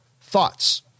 thoughts